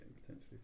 potentially